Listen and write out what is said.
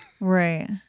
Right